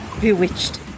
Bewitched